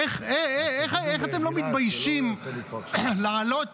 איך אתם לא מתביישים לעלות